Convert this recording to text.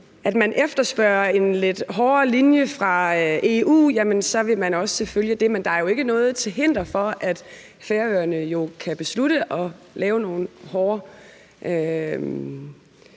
når man efterspørger en lidt hårdere linje fra EU, jamen så vil man også følge den. Men der er jo ikke noget til hinder for, at Færøerne kan beslutte at lave nogle hårdere